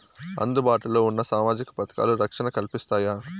అందుబాటు లో ఉన్న సామాజిక పథకాలు, రక్షణ కల్పిస్తాయా?